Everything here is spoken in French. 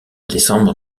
décembre